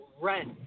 rent